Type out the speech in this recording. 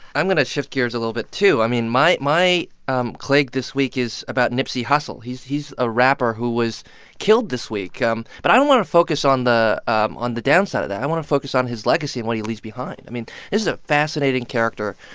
i'm going to shift gears a little bit too. i mean, my my um clig this week is about nipsey hussle. he's he's a rapper who was killed this week. um but but i don't want to focus on the um on the downside of that. i want to focus on his legacy and what he leaves behind. i mean, this is a fascinating character.